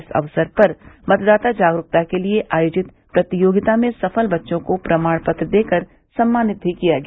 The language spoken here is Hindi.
इस अवसर पर मतदाता जागरूकता के लिये आयोजित प्रतियोगिता में सफल बच्चों को प्रमाण पत्र देकर सम्मानित भी किया गया